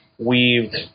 Weaved